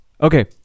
Okay